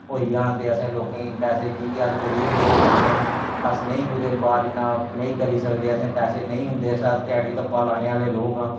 पैह्लै ते नेईं कुसै दे घर फोन ते नेईं टीवी फोन बी बड़े घट लोक इक घर होंदा हा ते दश घर इक घर लैन लाइऐ फोन करने गी जंदे हे अज्ज कल ते घर घर फोन ऐ